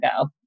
go